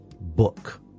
book